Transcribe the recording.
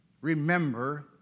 remember